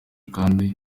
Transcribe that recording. kandi